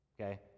okay